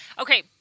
Okay